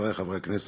חברי חברי הכנסת,